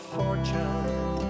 fortune